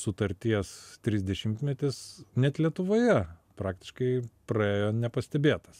sutarties trisdešimtmetis net lietuvoje praktiškai praėjo nepastebėtas